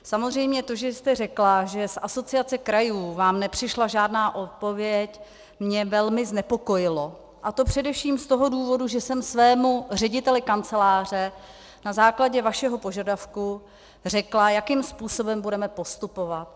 Samozřejmě to, že jste řekla, že z Asociace krajů vám nepřišla žádná odpověď, mě velmi znepokojilo, a to především z toho důvodu, že jsem svému řediteli kanceláře na základě vašeho požadavku řekla, jakým způsobem budeme postupovat.